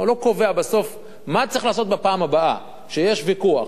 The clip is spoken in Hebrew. הוא לא קובע בסוף מה צריך לעשות בפעם הבאה כשיש ויכוח